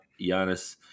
Giannis